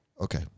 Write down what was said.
okay